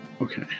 Okay